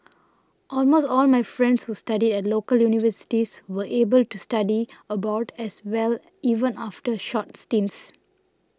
almost all my friends who studied at local universities were able to study abroad as well even after short stints